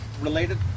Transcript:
related